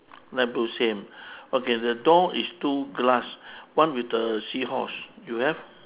light blue same okay the door is two glass one with the seahorse you have